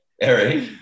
Eric